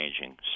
changing